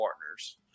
partners